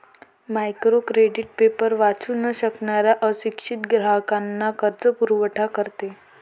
micro credit paper वाचू न शकणाऱ्या अशिक्षित ग्राहकांना कर्जपुरवठा करते